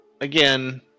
again